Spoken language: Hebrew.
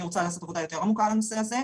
אני רוצה לעשות עבודה יותר עמוקה על הנושא הזה.